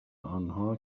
آنها